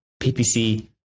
PPC